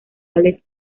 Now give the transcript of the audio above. ballet